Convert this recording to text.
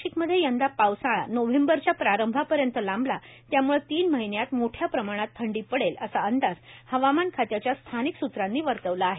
नाशिकमध्ये यंदा पावसाळा नोव्हेंबरच्या प्रारंभापर्यंत लांबला त्यामुळे तीन महिन्यात मोठ्या प्रमाणात थंडी पडेल असा अंदाज हवामान खात्याच्या स्थानिक सूत्रांनी वर्तविला आहे